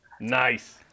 nice